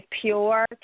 pure